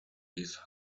his